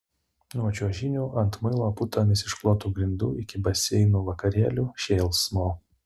nuo čiuožynių ant muilo putomis išklotų grindų iki baseinų vakarėlių šėlsmo